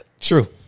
True